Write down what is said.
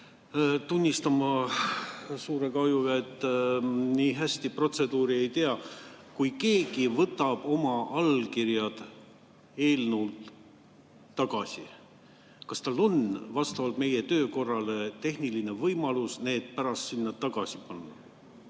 tunnistama suure kahjutundega, et ma nii hästi protseduuri ei tea. Kui keegi võtab oma allkirjad eelnõult tagasi, kas tal on vastavalt meie töökorrale tehniline võimalus need pärast sinna tagasi panna?